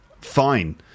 fine